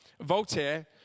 Voltaire